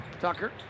Tucker